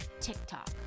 TikTok